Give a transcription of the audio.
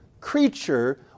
creature